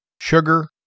sugar